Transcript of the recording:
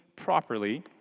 properly